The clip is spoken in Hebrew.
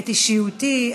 את אישיותי,